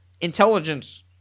intelligence